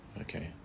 Okay